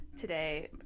today